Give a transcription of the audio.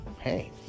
hey